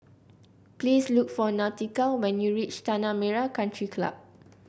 please look for Nautica when you reach Tanah Merah Country Club